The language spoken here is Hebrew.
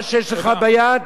תיקח אותו,